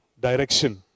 Direction